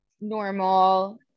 normal